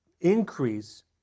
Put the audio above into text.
increase